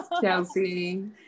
Chelsea